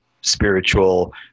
spiritual